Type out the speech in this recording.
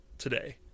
today